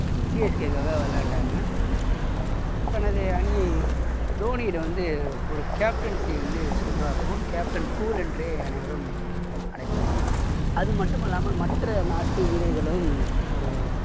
சிஎஸ்கேக்காக விளையாண்டாங்க தனது அணியை தோனிகிட்டே வந்து ஒரு கேப்டன்ஸி வந்து சூப்பராக இருக்கும் கேப்டன் கூல் என்றே அனைவரும் அழைப்பர் அது மட்டும் அல்லாமல் மற்ற நாட்டு வீரர்களும் ஒரு